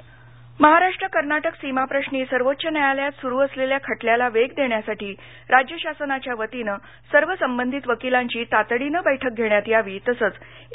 सीमा प्रश्न महाराष्ट्र कर्नाटक सीमाप्रश्री सर्वोच्च न्यायालयात सुरू असलेल्या खटल्याला वेग देण्यासाठी राज्य शासनाच्या वतीनं सर्व संबंधित वकिलांची तातडीनं बैठक घेण्यात यावी तसंच